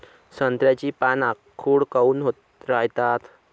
संत्र्याची पान आखूड काऊन होत रायतात?